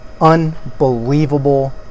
Unbelievable